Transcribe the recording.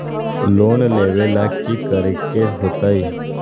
Loan लेवेला की करेके होतई?